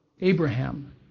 Abraham